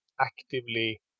actively